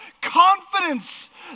confidence